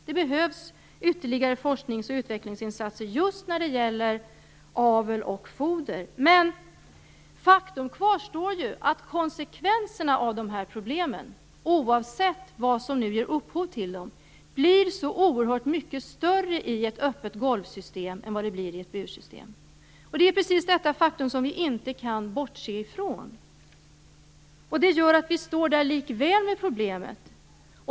Det behövs ytterligare forsknings och utvecklingsinsatser när det gäller just avel och foder. Men faktum kvarstår: Konsekvenserna av problemen, oavsett vad som ger upphov till dem, blir så oerhört mycket större i ett öppet golvsystem än de blir i ett bursystem. Detta faktum kan vi inte bortse ifrån. Det gör att vi likväl står där med problemet.